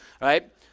right